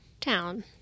town